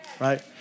right